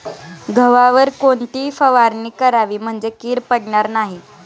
गव्हावर कोणती फवारणी करावी म्हणजे कीड पडणार नाही?